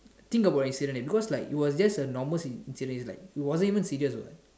think about incident leh because like it was just a normal incident it was like it wasn't even serious what